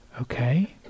okay